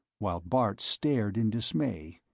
while bart stared in dismay,